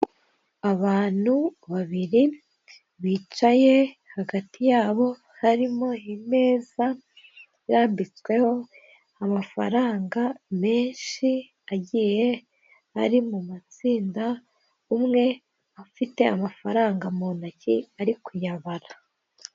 Abantu babiri bicaye hagati yabo harimo imeza irambitsweho amafaranga menshi agiye ari mu matsinda, umwe afite amafaranga mu ntoki ari kuyabara.